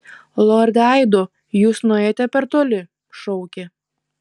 lorde aido jūs nuėjote per toli šaukė